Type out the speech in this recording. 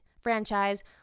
franchise